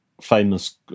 famous